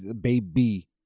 Baby